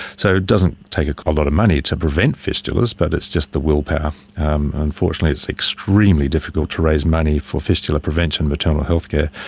so it doesn't take a lot of money to prevent fistulas, but it's just the willpower. unfortunately it's extremely difficult to raise money for fistula prevention in maternal health care.